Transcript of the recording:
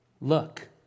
Look